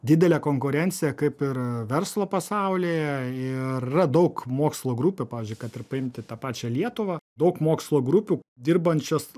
didelė konkurencija kaip ir verslo pasaulyje ir yra daug mokslo grupių pavyzdžiui kad ir paiimti tą pačią lietuvą daug mokslo grupių dirbančias